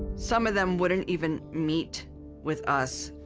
some of them wouldn't even meet with us.